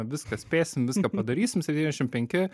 viską spėsim viską padarysim septyniasdešim penki